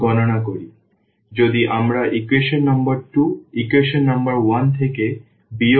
সুতরাং যদি আমরা ইকুয়েশন নম্বর 2 ইকুয়েশন নম্বর 1 থেকে বিয়োগ করি